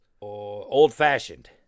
Old-fashioned